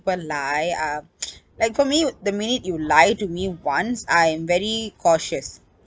people lie uh like for me the minute you lie to me once I am very cautious